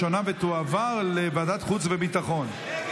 לוועדת החוץ והביטחון נתקבלה.